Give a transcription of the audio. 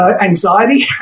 anxiety